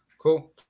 Cool